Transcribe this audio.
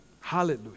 Hallelujah